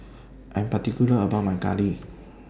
I Am particular about My Curry